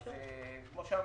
וכמו שאמרתי,